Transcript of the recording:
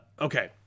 Okay